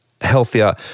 healthier